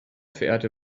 verehrte